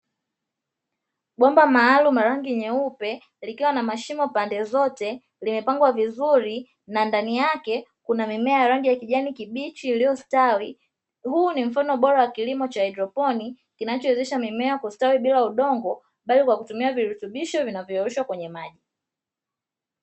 Bomba maalumu la rangi nyeupe likiwa na mashimo pande zote limepangwa vizuri, na ndani yake kuna mimea ya rangi ya kijani kibichi iliyostawi, huu ni mfano bora wa kilimo cha haidroponi kinachowezesha mimea kustawi bila udongo, bali kwa kutumia virutubisho vinavyoyeyushwa kwenye maji.